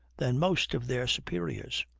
than most of their superiors.